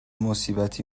مصیبتی